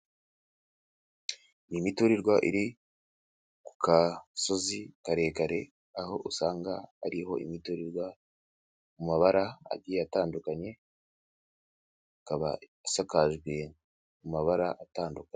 Ni imiturirwa iri ku gasozi karekare, aho usanga hariho imiturirwa mu mabara agiye atandukanye, ikaba isakajwe mu mabara atandukanye.